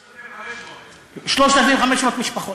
3,500. 3,500 משפחות.